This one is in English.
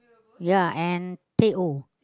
ya and teh O